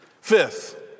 Fifth